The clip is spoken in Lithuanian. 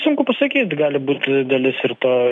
sunku pasakyt gali būt dalis ir to